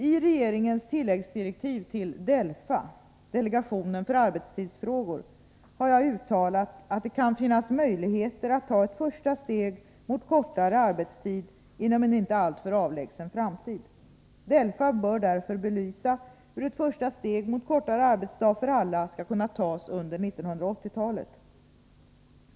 I regeringens tilläggsdirektiv till DELFA, delegationen för arbetstidsfrågor, har jag uttalat att det kan finnas möjligheter att ta ett första steg mot kortare arbetstid inom en inte alltför avlägsen framtid. DELFA bör därför belysa hur ett första steg mot kortare arbetsdag för alla skall kunna tas under 1980-talet.